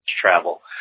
travel